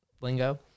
lingo